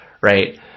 Right